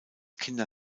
kinder